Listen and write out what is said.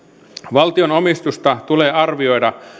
valtion omistusta tulee arvioida